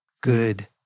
Good